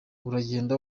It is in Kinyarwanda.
uragenda